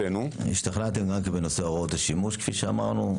השתכנתם גם בנושא הוראות השימוש, כפי שציינו?